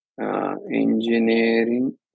engineering